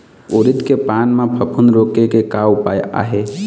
उरीद के पान म फफूंद रोके के का उपाय आहे?